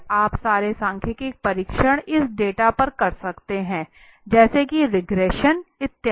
आप सारे सांख्यिकीय परीक्षण इस डाटा पर कर सकते हैं जैसे की रिग्रेशन इत्यादि